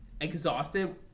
exhausted